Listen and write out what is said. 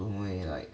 don't know leh like